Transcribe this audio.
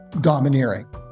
domineering